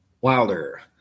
Wilder